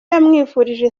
yamwifurije